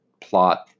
plot